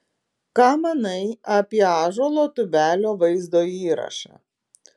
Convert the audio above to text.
ką manai apie ąžuolo tubelio vaizdo įrašą